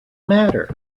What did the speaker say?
matter